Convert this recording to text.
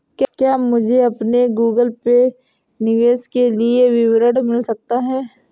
क्या मुझे अपने गूगल पे निवेश के लिए विवरण मिल सकता है?